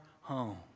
home